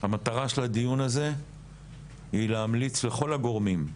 המטרה של הדיון הזה היא להמליץ לכל הגורמים,